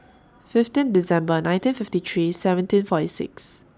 fifteen December nineteen fifty three seventeen forty six